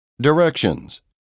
Directions